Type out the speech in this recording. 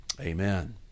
Amen